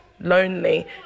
lonely